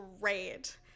great